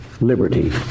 liberty